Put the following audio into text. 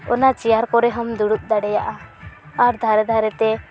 ᱚᱱᱟ ᱪᱮᱭᱟᱨ ᱠᱚᱨᱮ ᱦᱚᱢ ᱫᱩᱲᱩᱵ ᱫᱟᱲᱮᱭᱟᱜᱼᱟ ᱟᱨ ᱫᱷᱟᱨᱮ ᱫᱷᱟᱨᱮ ᱛᱮ